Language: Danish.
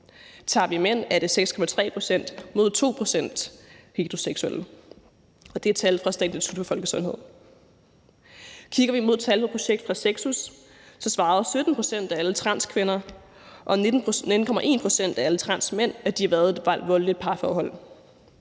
Tager vi mænd, er det 6,3 pct. mod 2 pct. af heteroseksuelle. Det er tal fra Statens Institut for Folkesundhed. Kigger vi mod tal fra Projekt Sexus, svarede 17 pct. af alle transkvinder og 19,1 pct. af alle transmænd, at de havde været i et voldeligt parforhold.